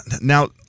Now